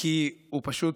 כי הוא פשוט